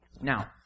Now